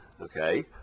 okay